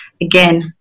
again